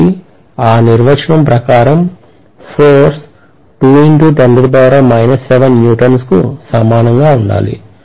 కాబట్టి ఆ నిర్వచనం ప్రకారం ఫోర్స్ కు సమానంగా ఉండాలి